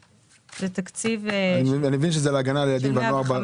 אני מבין שזה להגנה על ילדים ונוער.